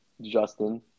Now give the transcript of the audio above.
Justin